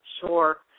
sure